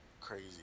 crazy